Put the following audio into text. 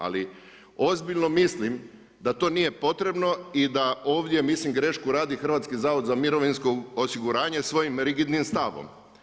Ali ozbiljno mislim da to nije potrebno i da ovdje mislim grešku radi Hrvatski zavod za mirovinsko osiguranje svojim rigidnim stavom.